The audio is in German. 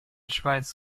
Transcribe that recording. schweiz